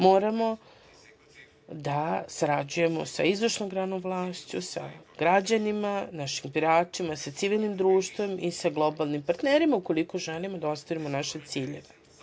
Moramo da sarađujemo sa izvršnom granom vlasti, sa građanima, našim biračima, sa civilnim društvom i sa globalnim partnerima, ukoliko želimo da ostvarimo naše ciljeve.